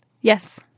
Yes